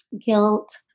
guilt